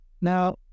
now